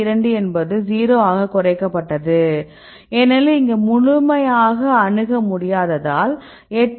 2 என்பது 0 ஆக குறைக்கப்பட்டது ஏனெனில் இங்கே முழுமையாக அணுக முடியாததால் 8